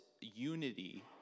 unity